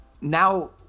now